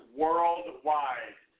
worldwide